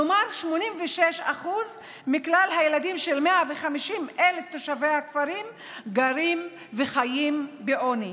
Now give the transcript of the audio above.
כלומר 86% מכלל הילדים של 150,000 תושבי הכפרים גרים וחיים בעוני.